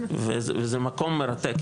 וזה מקום מרתק.